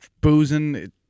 boozing